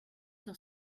sur